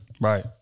Right